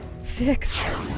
six